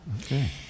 Okay